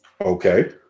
Okay